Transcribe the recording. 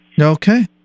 Okay